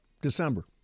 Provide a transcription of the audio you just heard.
December